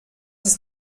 ist